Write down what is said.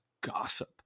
gossip